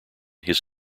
his